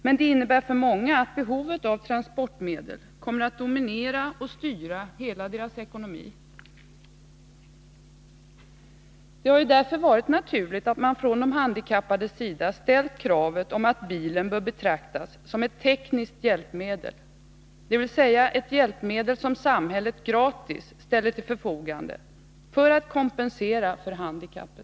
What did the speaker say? Men det innebär för 57 många att behovet av transportmedel kommer att dominera och styra hela deras ekonomi. Det har därför varit naturligt att man från de handikappades sida ställt kravet att bilen skall betraktas som ett tekniskt hjälpmedel, dvs. ett hjälpmedel som samhället gratis ställer till förfogande för att kompensera för handikappet.